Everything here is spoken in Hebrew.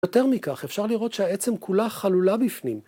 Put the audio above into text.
יותר מכך, אפשר לראות שהעצם כולה חלולה בפנים.